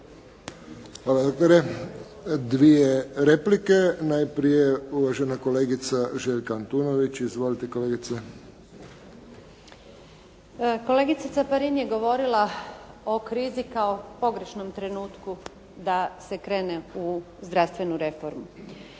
Hvala doktore. Dvije replike. Najprije uvažena kolegica Željka Antunović. Izvolite kolegice. **Antunović, Željka (SDP)** Kolegica Caparin je govorila o krizi kao pogrešnom trenutku da se krene u zdravstvenu reformu.